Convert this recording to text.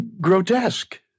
grotesque